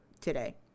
today